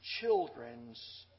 children's